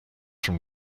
from